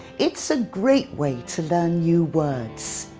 it's a great way to learn new words.